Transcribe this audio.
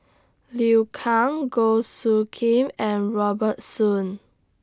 Liu Kang Goh Soo Khim and Robert Soon